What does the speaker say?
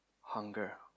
hunger